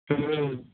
हुँ